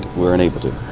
we're unable to.